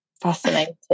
fascinating